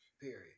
period